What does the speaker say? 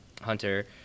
Hunter